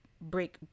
break